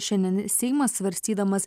šiandien seimas svarstydamas